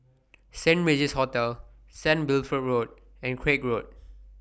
Saint Regis Hotel Saint Wilfred Road and Craig Road